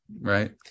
right